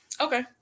okay